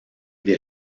des